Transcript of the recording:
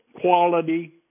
quality